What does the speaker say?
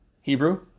Hebrew